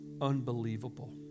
unbelievable